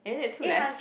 is it too less